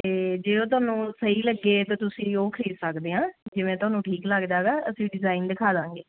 ਅਤੇ ਜੇ ਉਹ ਤੁਹਾਨੂੰ ਸਹੀ ਲੱਗੇ ਤਾਂ ਤੁਸੀਂ ਉਹ ਖ਼ਰੀਦ ਸਕਦੇ ਹਾਂ ਜਿਵੇਂ ਤੁਹਾਨੂੰ ਠੀਕ ਲੱਗਦਾ ਗਾ ਅਸੀਂ ਡਿਜ਼ਾਇਨ ਦਿਖਾ ਦਾਂਗੇ